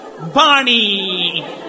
Barney